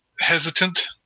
hesitant